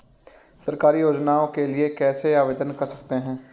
सरकारी योजनाओं के लिए कैसे आवेदन कर सकते हैं?